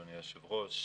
אדוני היושב-ראש.